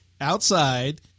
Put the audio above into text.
outside